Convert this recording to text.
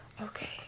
Okay